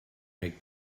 make